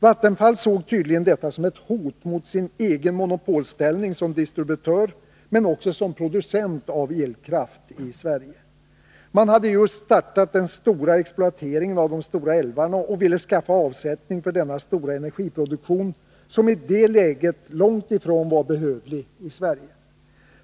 Vattenfall såg tydligen detta som ett hot mot sin egen monopolställning som distributör men också som producent av elkraft i Sverige. Man hade just startat den stora exploateringen av de stora älvarna och ville ordna avsättning för denna stora energiproduktion som i det läget långt ifrån var behövlig i Sverige.